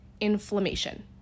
inflammation